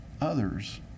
others